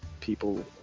people